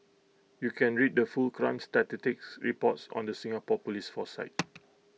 you can read the full crime statistics reports on the Singapore Police force site